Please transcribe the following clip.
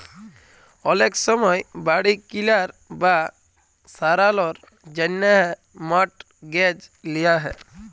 অলেক সময় বাড়ি কিলার বা সারালর জ্যনহে মর্টগেজ লিয়া হ্যয়